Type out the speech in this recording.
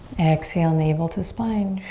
exhale navel to spine.